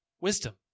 Wisdom